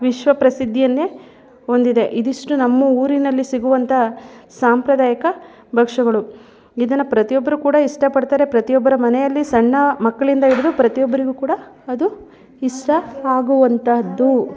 ವಿಶ್ವ ಪ್ರಸಿದ್ದಿಯನ್ನೇ ಹೊಂದಿದೆ ಇದಿಷ್ಟು ನಮ್ಮ ಊರಿನಲ್ಲಿ ಸಿಗುವಂಥ ಸಾಂಪ್ರದಾಯಿಕ ಭಕ್ಷಗಳು ಇದನ್ನು ಪ್ರತಿಯೊಬ್ಬರೂ ಕೂಡ ಇಷ್ಟಪಡ್ತಾರೆ ಪ್ರತಿಯೊಬ್ಬರ ಮನೆಯಲ್ಲಿ ಸಣ್ಣ ಮಕ್ಕಳಿಂದ ಹಿಡ್ದು ಪ್ರತಿಯೊಬ್ರಿಗೂ ಕೂಡ ಅದು ಇಷ್ಟ ಆಗುವಂಥಾದ್ದು